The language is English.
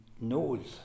knows